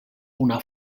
una